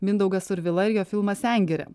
mindaugas survila ir jo filmas sengirė